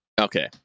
Okay